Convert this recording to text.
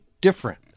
different